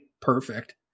perfect